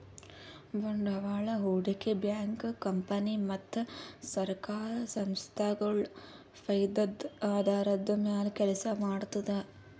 ಬಂಡವಾಳ್ ಹೂಡಿಕೆ bank company ಮತ್ತ್ ಸರ್ಕಾರ್ ಸಂಸ್ಥಾಗೊಳ್ ಫೈದದ್ದ್ ಆಧಾರದ್ದ್ ಮ್ಯಾಲ್ ಕೆಲಸ ಮಾಡ್ತದ್